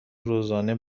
روزانه